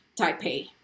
Taipei